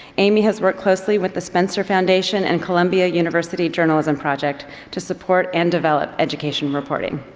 amy has worked closely with the spencer foundation and columbia university journalism project to support and develop education reporting.